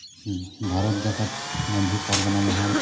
ᱵᱷᱟᱨᱚᱛ ᱡᱟᱠᱟᱛ ᱢᱟᱺᱡᱷᱤ ᱯᱟᱨᱜᱟᱱᱟ ᱢᱚᱦᱚᱞ